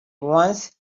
once